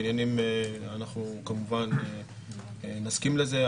אנחנו כמובן נסכים לזה,